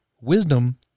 Wisdom